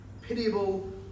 Pitiable